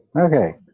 Okay